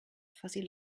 fuzzy